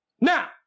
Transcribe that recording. now